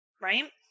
Right